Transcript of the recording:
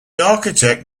architect